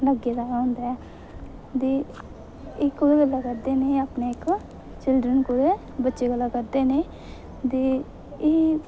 लग्गे दा होंदा ऐ ते एह् कोह्दे गल्लां करदे न अपने इक्क चिलड्रन कोह्दे बच्चें गल्ला करदे न ते एह्